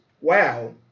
wow